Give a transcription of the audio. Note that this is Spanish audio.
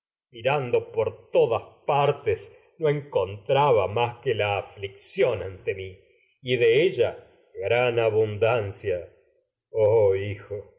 por todas y partes no encontraba que la aflicción ante mi de ella gran mi abundancia sufrimiento oh